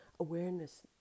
awareness